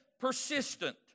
Persistent